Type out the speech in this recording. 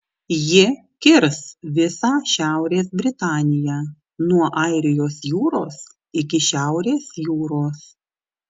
ji kirs visą šiaurės britaniją nuo airijos jūros iki šiaurės jūros